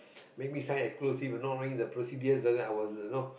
make me sign exclusive not knowing the procedure then then that I was no